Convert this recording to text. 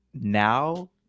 now